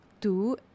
two